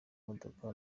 modoka